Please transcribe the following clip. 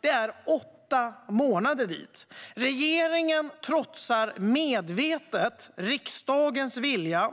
Det är åtta månader dit. Regeringen trotsar medvetet riksdagens vilja.